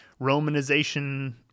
romanization